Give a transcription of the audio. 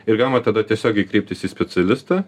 ir galima tada tiesiogiai kreiptis į specialistą